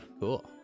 Cool